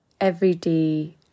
everyday